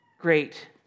great